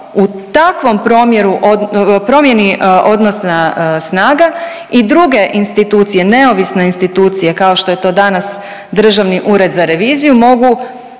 u takvom promjeni odnosa snaga i druge institucije, neovisne institucije kao što je to danas Državni ured za reviziju mogu